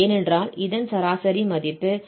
ஏனென்றால் இதன் சராசரி மதிப்பு fπ மற்றும் fπ ஆகும்